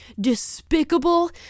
despicable